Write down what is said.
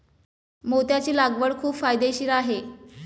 मोत्याची लागवड खूप फायदेशीर आहे